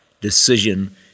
decision